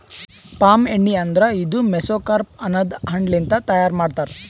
palm ಎಣ್ಣಿ ಅಂದುರ್ ಇದು ಮೆಸೊಕಾರ್ಪ್ ಅನದ್ ಹಣ್ಣ ಲಿಂತ್ ತೈಯಾರ್ ಮಾಡ್ತಾರ್